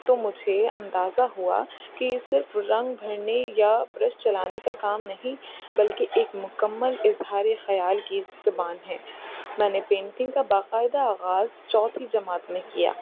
تو مجھے اندازہ ہوا کہ یہ صرف رنگ بھرنے یا برش چلانے کا کام نہیں بلکہ ایک مکمل اظہار خیال کی زبان ہے میں نے پینٹنگ کا باقاعدہ آغاز چوتھی جماعت میں کیا